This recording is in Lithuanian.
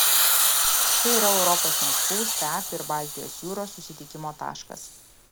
čia yra europos miškų stepių ir baltijos jūros susitikimo taškas